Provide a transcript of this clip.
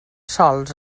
sols